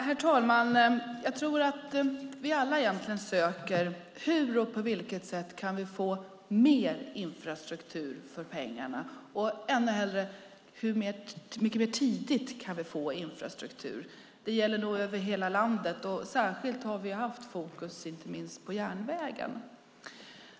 Herr talman! Jag tror att vi alla egentligen söker hur och på vilket sätt vi kan få mer infrastruktur för pengarna, och ännu hellre hur mycket mer tidigt vi kan få infrastruktur. Det gäller nog över hela landet, och särskilt har vi haft fokus inte minst på järnvägen.